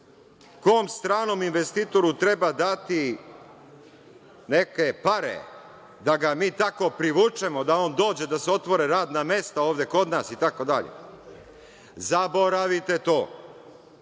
kom stranom investitoru treba dati neke pare, da ga mi tako privučemo, da on dođe, da se otvore radna mesta ovde kod nas itd, zaboravite to.